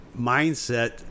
mindset